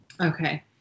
Okay